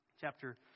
chapter